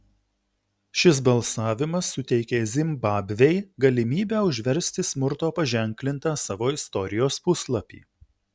šis balsavimas suteikė zimbabvei galimybę užversti smurto paženklintą savo istorijos puslapį